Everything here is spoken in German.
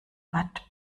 watt